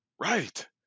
Right